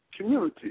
community